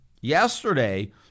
yesterday